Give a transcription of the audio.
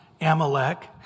Amalek